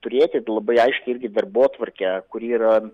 turėti labai aiškiai darbotvarkę kuri yra